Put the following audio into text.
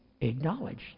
acknowledged